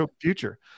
future